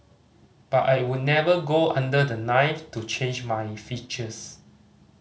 but I would never go under the knife to change my features